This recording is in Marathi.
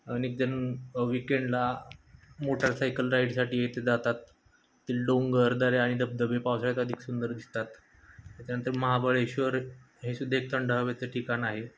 अनेक जण विकेंडला मोटारसायकल राईडसाठी येथे जातात त डोंगर दऱ्या आणि धबधबे पावसाळ्यात अधिक सुंदर दिसतात त्याच्यानंतर महाबळेश्वर हे सुद्धा एक थंड हवेचं ठिकाण आहे